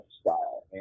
style